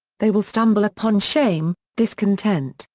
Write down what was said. they will stumble upon shame, discontent,